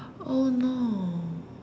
oh no